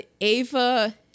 Ava